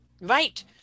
right